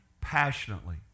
passionately